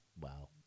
Wow